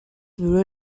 würde